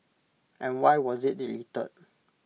and why was IT deleted